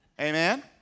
Amen